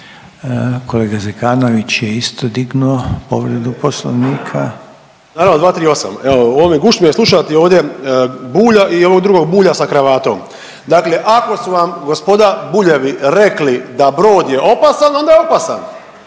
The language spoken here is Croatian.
Kolega Zekanović je isto dignuo povredu Poslovnika.